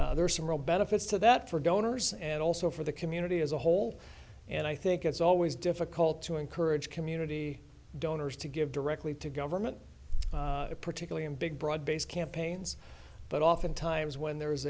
there are some real benefits to that for donors and also for the community as a whole and i think it's always difficult to encourage community donors to give directly to government particularly in big broad based campaigns but often times when there